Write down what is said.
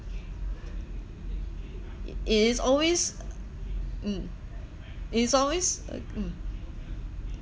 it is always mm it's always a mm